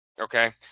Okay